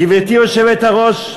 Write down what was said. גברתי היושבת-ראש,